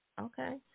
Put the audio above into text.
Okay